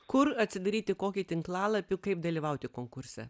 kur atsidaryti kokį tinklalapį kaip dalyvauti konkurse